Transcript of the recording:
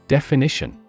Definition